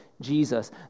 Jesus